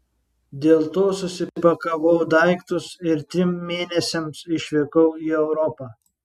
dėl to susipakavau daiktus ir trim mėnesiams išvykau į europą